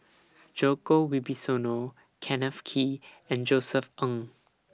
Djoko Wibisono Kenneth Kee and Josef Ng